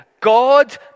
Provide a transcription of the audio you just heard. God